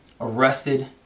arrested